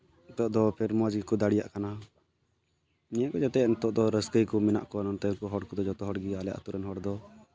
ᱱᱤᱛᱚᱜ ᱫᱚ ᱯᱷᱤᱨ ᱢᱚᱡᱽ ᱜᱮᱠᱚ ᱫᱟᱲᱮᱭᱟᱜ ᱠᱟᱱᱟ ᱱᱤᱭᱟᱹ ᱠᱚ ᱡᱟᱛᱮ ᱱᱤᱛᱚᱜ ᱫᱚ ᱨᱟᱹᱥᱠᱟᱹ ᱜᱮᱠᱚ ᱢᱮᱱᱟᱜ ᱠᱚᱣᱟ ᱱᱚᱛᱮᱱ ᱠᱚ ᱦᱚᱲ ᱠᱚᱫᱚ ᱡᱚᱛᱚ ᱦᱚᱲᱜᱮ ᱟᱞᱮ ᱟᱛᱳ ᱨᱮᱱ ᱦᱚᱲ ᱠᱚᱫᱚ